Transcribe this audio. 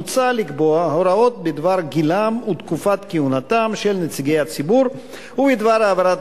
מוצע לקבוע הוראות בדבר גילם ותקופות כהונתם של נציגי הציבור ובדבר העברת